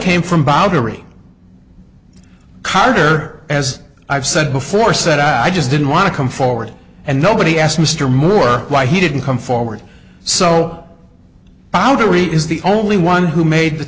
came from bothering carter as i've said before said i just didn't want to come forward and nobody asked mr moore why he didn't come forward so how do we is the only one who made the